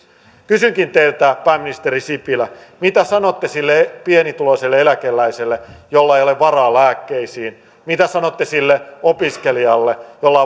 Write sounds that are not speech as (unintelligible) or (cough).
kysynkin teiltä pääministeri sipilä mitä sanotte sille pienituloiselle eläkeläiselle jolla ei ole varaa lääkkeisiin mitä sanotte sille opiskelijalle jolla (unintelligible)